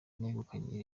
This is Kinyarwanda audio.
negukanye